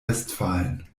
westfalen